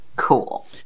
Cool